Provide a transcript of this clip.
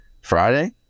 Friday